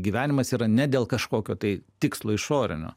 gyvenimas yra ne dėl kažkokio tai tikslo išorinio